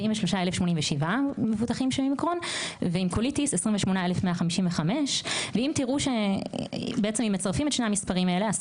43,087 וקוליטיס הם 28,155. אם מצרפים את שני המספרים האלה,